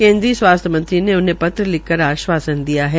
केन्द्रीय स्वास्थ्य मंत्री ने उन्हें पत्र लिखकर आशवासन दिया है